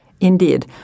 Indeed